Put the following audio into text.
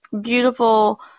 beautiful